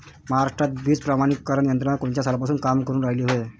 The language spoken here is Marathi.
महाराष्ट्रात बीज प्रमानीकरण यंत्रना कोनच्या सालापासून काम करुन रायली हाये?